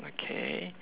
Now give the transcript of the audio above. okay